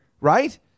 right